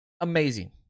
Amazing